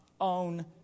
own